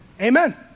Amen